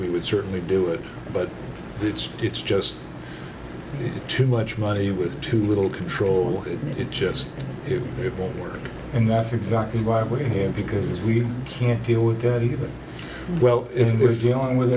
we would certainly do it but it's it's just too much money with too little control it just it won't work and that's exactly why we're here because we can't deal with that even well if we're dealing with